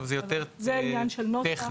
זה עניין של נוסח.